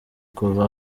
kuva